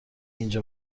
اینجا